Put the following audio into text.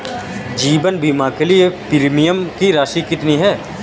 जीवन बीमा के लिए प्रीमियम की राशि कितनी है?